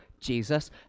Jesus